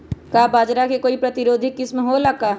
का बाजरा के कोई प्रतिरोधी किस्म हो ला का?